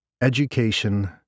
education